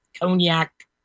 cognac